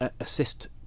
assist